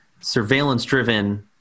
surveillance-driven